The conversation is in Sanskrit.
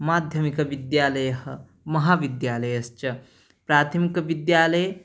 माध्यमिकविद्यालयः महाविद्यालयश्च प्राथमिकविद्यालये